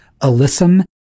Alyssum